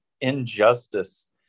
injustice